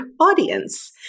audience